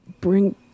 bring